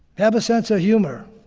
have a sense of humor.